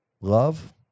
love